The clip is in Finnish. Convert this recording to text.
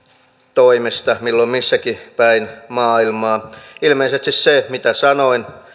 toimesta milloin missäkin päin maailmaa se mitä sanoin